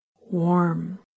warm